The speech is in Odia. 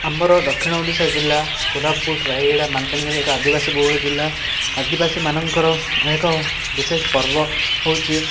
ଆମର ଦକ୍ଷିଣ ଓଡ଼ିଶା ଜିଲ୍ଲା କୋରାପୁଟ ରାୟଗଡ଼ା ମାଲକାନଗିରି ଏକ ଆଦିବାସୀ ବହୁଳ ଜିଲ୍ଲା ଆଦିବାସୀମାନଙ୍କର ଏହା ଏକ ବିଶେଷ ପର୍ବ ହେଉଛି